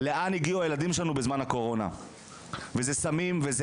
לאן הגיעו הילדים שלנו בזמן הקורונה וזה סמים וזה